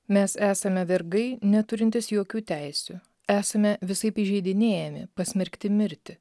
mes esame vergai neturintys jokių teisių esame visaip įžeidinėjami pasmerkti mirti